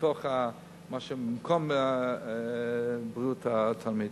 לתוך מה שקיים במקום שירותי בריאות התלמיד.